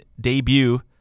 debut